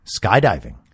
skydiving